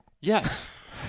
Yes